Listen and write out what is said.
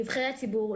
נבחרי הציבור,